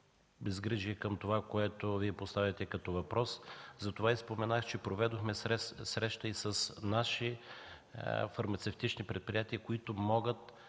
безгрижие към това, което поставяте като въпрос. Затова и споменах, че проведохме среща и с наши фармацевтични предприятия, които могат